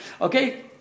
Okay